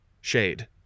Shade